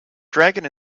dragon